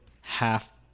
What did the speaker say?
half